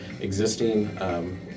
existing